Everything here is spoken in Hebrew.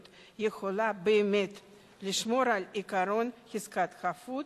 יכולה באמת לשמור על עקרון חזקת החפות